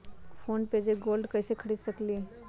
Phone पे से gold कईसे खरीद सकीले?